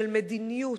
של מדיניות,